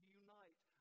unite